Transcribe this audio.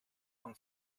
von